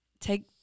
take